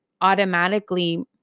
automatically